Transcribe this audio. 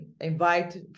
invite